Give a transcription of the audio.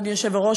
אדוני היושב-ראש.